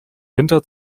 winter